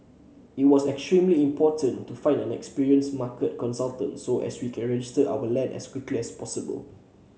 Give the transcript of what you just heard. it was extremely important to find an experienced market consultant so we can register our land as quickly as possible